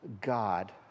God